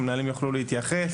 כדי שהמנהלים יוכלו להתייחס.